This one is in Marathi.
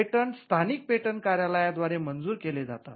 पेटंट स्थानिक पेटंट कार्यालयाद्व्यारे मंजूर केले जातात